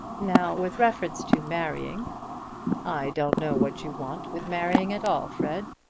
now, with reference to marrying i don't know what you want with marrying at all, fred.